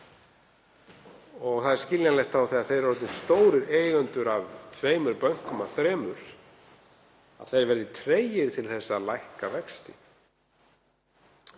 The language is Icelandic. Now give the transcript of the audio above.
3%. Það er skiljanlegt þegar þeir eru orðnir stórir eigendur að tveimur bönkum af þremur að þeir verði tregir til að lækka vexti